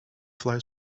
fly